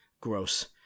gross